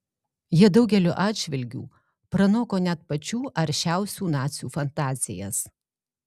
jie daugeliu atžvilgių pranoko net pačių aršiausių nacių fantazijas